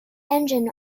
engine